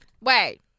Wait